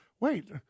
wait